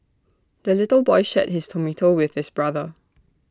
the little boy shared his tomato with his brother